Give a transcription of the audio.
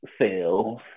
sales